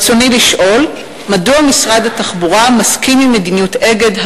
רצוני לשאול: מדוע מסכים משרד התחבורה עם מדיניות "אגד",